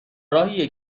راهیه